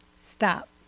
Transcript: Stop